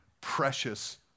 precious